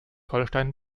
holstein